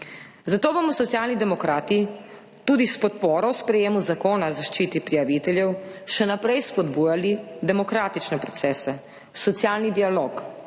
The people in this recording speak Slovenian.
zato bomo Socialni demokrati tudi s podporo sprejetju zakona o zaščiti prijaviteljev še naprej spodbujali demokratične procese, socialni dialog,